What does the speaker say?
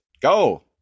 go